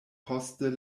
poste